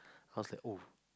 I was like oh